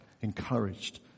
encouraged